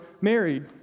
married